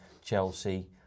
Chelsea